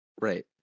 Right